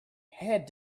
had